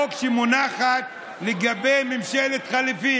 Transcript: והחליפי הזה, "זה חליפתי" חליפה, חליפה.